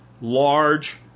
large